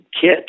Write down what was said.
kit